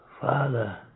Father